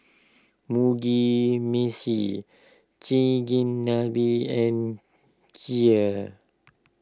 Mugi Meshi Chigenabe and Kheer